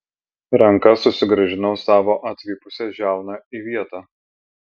ranka sugrąžinau savo atvipusią žiauną į vietą